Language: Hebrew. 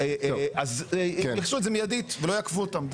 אז יתייחסו לזה מידית ולא יעכבו אותם.